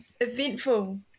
eventful